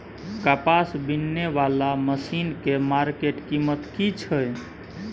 कपास बीनने वाला मसीन के मार्केट कीमत की छै?